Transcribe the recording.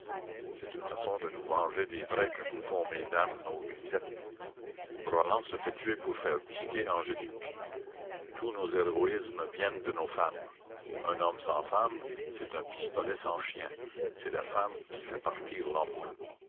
c'est une façon de nous venger des traits que nous font mesdames nos grisettes roland se fait tuer pour faire bisquer angélique tous nos héroïsmes viennent de nos femmes un homme sans femme c'est un pistolet sans chien c'est la femme qui fait partir